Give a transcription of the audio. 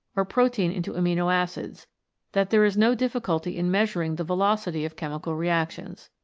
or protein into amino-acids, that there is no difficulty in measuring the velocity of chemical reactions.